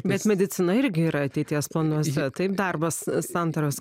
bet medicina irgi yra ateities planuose taip darbas santaros